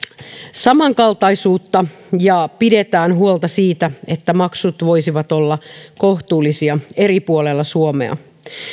samankaltaisuutta ja pidetään huolta siitä että maksut voisivat olla kohtuullisia eri puolella suomea